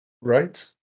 Right